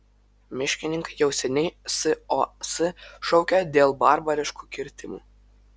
miškininkai jau seniai sos šaukia dėl barbariškų kirtimų